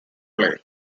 play